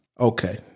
Okay